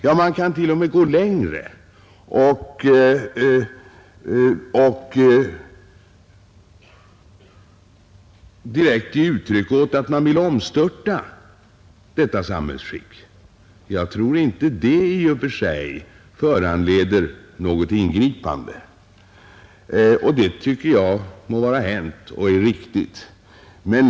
Ja, man kan t.o.m. gå längre och direkt ge uttryck åt att man vill omstörta detta samhällsskick. Jag tror inte det i och för sig föranleder något ingripande, och det tycker jag må vara hänt.